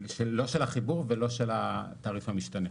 לא של החיבור ולא של התעריף המשתנה.